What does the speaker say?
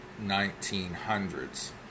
1900s